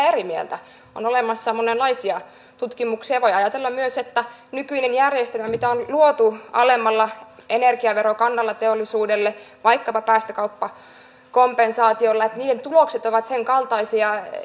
eri mieltä on olemassa monenlaisia tutkimuksia ja voi ajatella myös että nykyisessä järjestelmässä mitä on luotu alemmalla energiaverokannalla teollisuudelle vaikkapa päästökauppakompensaatioilla niiden tulokset ovat sen kaltaisia